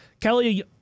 Kelly